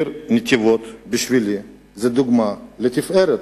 העיר נתיבות בשבילי היא דוגמה לתפארת,